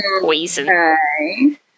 poison